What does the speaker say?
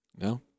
No